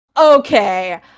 Okay